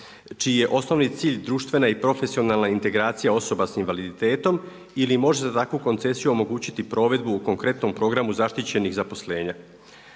čiji je osnovni cilj društvena i profesionalna integracija osoba s invaliditetom ili se može za takvu koncesiju omogućiti provedbu u konkretnom programu zaštićenih zaposlenja.